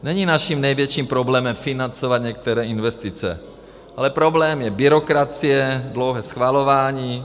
Není naším největším problémem financovat některé investice, ale problém je byrokracie, dlouhé schvalování.